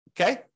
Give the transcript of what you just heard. okay